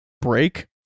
break